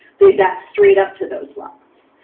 they that straight up to those lots.